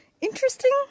interesting